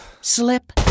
slip